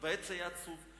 והעץ היה עצוב ...